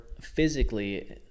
physically